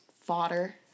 Fodder